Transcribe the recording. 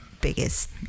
biggest